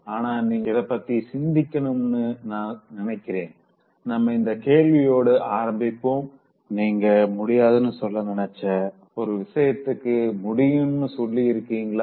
ஆனா நீங்க இத பத்தி சிந்திக்கணும்னு நா நினைக்கிறேன்நம்ம இந்த கேள்வியோடு ஆரம்பிப்போம் நீங்க முடியாதன்னு சொல்ல நினைச்ச ஒரு விஷயத்துக்கு முடியும்ன்னு சொல்லி இருக்கீங்களா